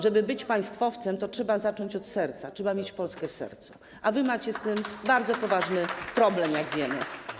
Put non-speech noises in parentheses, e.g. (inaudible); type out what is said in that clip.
Żeby być państwowcem, trzeba zacząć od serca, trzeba mieć Polskę w sercu, (applause) a wy macie z tym bardzo poważny problem, jak wiemy.